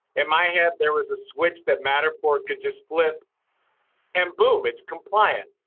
in my head, there was a switch that matterport could just flip and boom, it's compliant.